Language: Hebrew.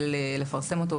כדי לפרסם אותו,